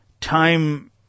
time